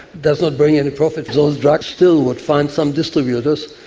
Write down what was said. does not bring any profit, those drugs still would find some distributors,